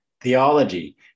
Theology